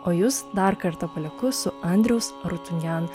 o jus dar kartą palieku su andriaus arutinjan